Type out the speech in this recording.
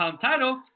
title